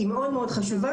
היא מאוד מאוד חשובה.